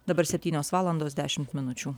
dabar septynios valandos dešimt minučių